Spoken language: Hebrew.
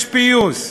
יש פיוס.